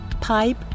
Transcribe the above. pipe